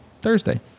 thursday